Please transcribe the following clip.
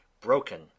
broken